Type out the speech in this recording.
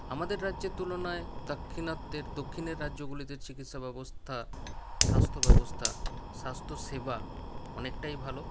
আমাদের রাজ্যের তুলনায় দাক্ষিণাত্যের দক্ষিণের রাজ্যগুলিতে চিকিৎসা ব্যবস্থা স্বাস্থ্য ব্যবস্থা স্বাস্থ্য সেবা অনেকটাই ভালো